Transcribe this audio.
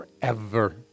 forever